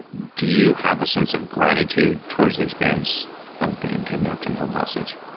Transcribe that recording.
do you have a sense of gratitude towards the experience of being kidnapped and held hostage?